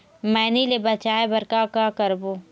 मैनी ले बचाए बर का का करबो?